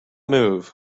move